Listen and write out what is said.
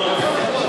טוב,